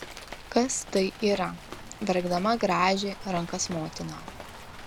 kas tai yra verkdama grąžė rankas motina